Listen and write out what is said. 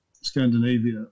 Scandinavia